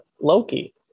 Loki